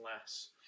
less